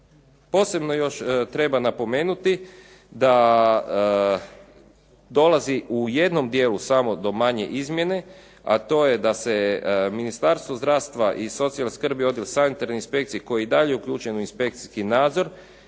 Posebno još treba napomenuti da dolazi u jednom dijelu samo do manje izmjene, a to je da se Ministarstvo zdravstva i socijalne skrbi, Odjel sanitarne inspekcije koji je i dalje uključen u inspekcijski nadzor